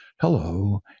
Hello